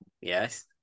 Yes